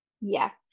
Yes